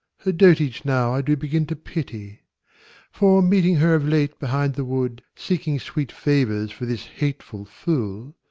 her dotage now i do begin to pity for, meeting her of late behind the wood, seeking sweet favours for this hateful fool,